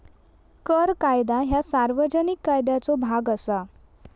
कर कायदा ह्या सार्वजनिक कायद्याचो भाग असा